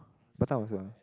Batam was the